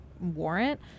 warrant